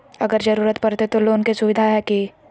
अगर जरूरत परते तो लोन के सुविधा है की?